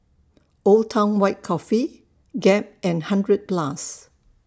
Old Town White Coffee Gap and hundred Plus